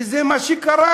וזה מה שקרה.